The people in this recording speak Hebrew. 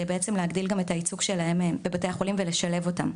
להגדיל את הייצוג שלהם בבתי החולים ולשלב אותם.